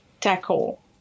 tackle